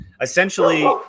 essentially